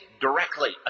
directly